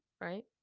right